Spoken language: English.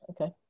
Okay